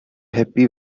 happy